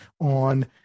on